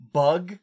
bug